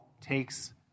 takes